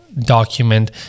document